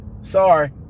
Sorry